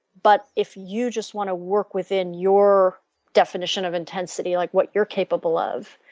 but if you just want to work within your definition of intensity like what you're capable of,